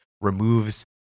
removes